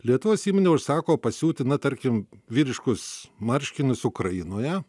lietuvos įmonė užsako pasiūti na tarkim vyriškus marškinius ukrainoje